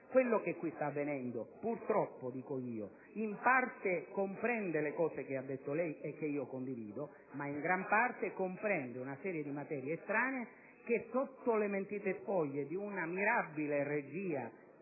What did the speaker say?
Quello che sta avvenendo qui - purtroppo, dico io - in parte comprende le cose che ha detto lei e che condivido, ma in gran parte comprende una serie di materie estranee che, sotto le mentite spoglie di una mirabile regia